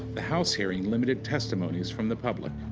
the house hearing limited testimonies from the public.